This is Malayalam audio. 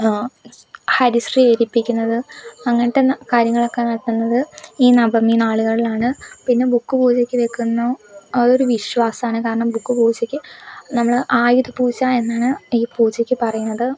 ആ ഹരിശ്രീ എഴുതിപ്പിക്കുന്നത് അങ്ങന തന്നെ കാര്യങ്ങളക്കെ നടക്കുന്നത് ഈ നവമി നാളുകളിലാണ് പിന്നെ ബുക്ക് പൂജക്ക് വെക്കുന്നു അതൊരു വിശ്വാസാണ് കാരണം ബുക്ക് പൂജക്ക് നമ്മള് ആയുധ പൂജ എന്നാണ് ഈ പൂജയ്ക്ക് പറയുന്നത്